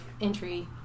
entry